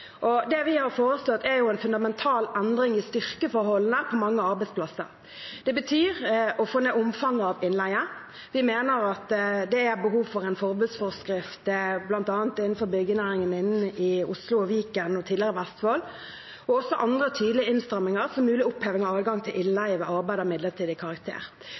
Det vi har foreslått, er en fundamental endring i styrkeforholdene på mange arbeidsplasser. Det betyr å få ned omfanget av innleie. Vi mener at det er behov for en forbudsforskrift bl.a. innenfor byggenæringen i Oslo, Viken og tidligere Vestfold, og for andre tydelige innstramminger som mulig oppheving av adgangen til innleie ved arbeid av midlertidig karakter.